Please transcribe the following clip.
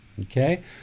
Okay